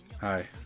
Hi